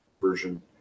version